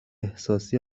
احساسی